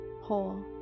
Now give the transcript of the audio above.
whole